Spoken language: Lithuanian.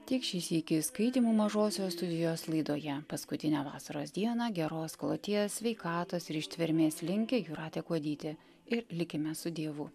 tik šį sykį skaitymų mažosios studijos laidoje paskutinę vasaros dieną geros kloties sveikatos ir ištvermės linki jūratė kuodytė ir likime su dievu